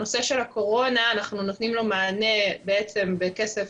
הנושא של הקורונה, אנחנו נותנים לו מענה בעצם בכסף